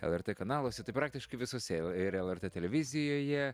lrt kanaluose tai praktiškai visuose i ir lrt televizijoje